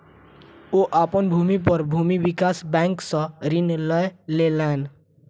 ओ अपन भूमि पर भूमि विकास बैंक सॅ ऋण लय लेलैन